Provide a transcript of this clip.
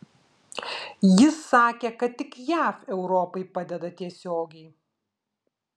jis sakė kad tik jav europai padeda tiesiogiai